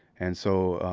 and so,